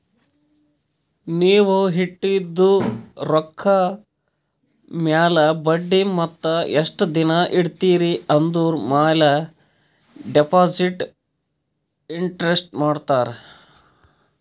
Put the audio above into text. ನೀವ್ ಇಟ್ಟಿದು ರೊಕ್ಕಾ ಮ್ಯಾಲ ಬಡ್ಡಿ ಮತ್ತ ಎಸ್ಟ್ ದಿನಾ ಇಡ್ತಿರಿ ಆಂದುರ್ ಮ್ಯಾಲ ಡೆಪೋಸಿಟ್ ಇಂಟ್ರೆಸ್ಟ್ ಮಾಡ್ತಾರ